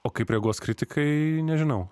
o kaip reaguos kritikai nežinau